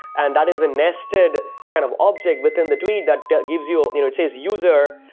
and that is a nested kind of object within the tweet that gives you, ah you know, it says user,